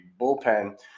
bullpen